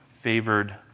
favored